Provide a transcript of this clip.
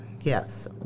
yes